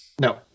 no